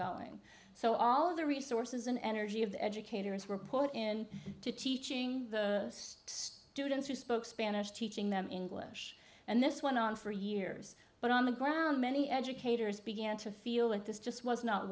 going so all of the resources and energy of the educators were put in to teaching the students who spoke spanish teaching them english and this went on for years but on the ground many educators began to feel that this just was not